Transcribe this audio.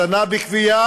הזנה בכפייה